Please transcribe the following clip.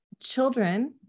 children